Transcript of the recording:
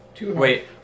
Wait